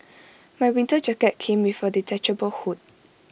my winter jacket came with A detachable hood